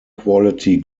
quality